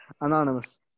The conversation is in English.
Anonymous